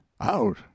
out